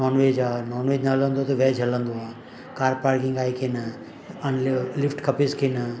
nonveg आहे non veg न हलंदो त वेज हलंदो आहे कार पार्किंग आहे की न लिफ्ट खपेसि की न